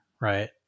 right